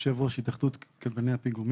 יושב ראש התאחדות קבלני הפיגומים.